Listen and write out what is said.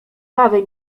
ławy